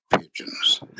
pigeons